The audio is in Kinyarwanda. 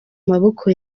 maboko